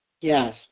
Yes